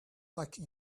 like